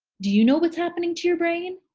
do you know what's happening to your brain?